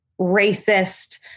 racist